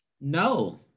No